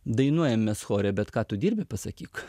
dainuojam mes chore bet ką tu dirbi pasakyk